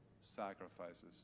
sacrifices